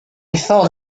thought